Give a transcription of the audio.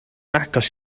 agos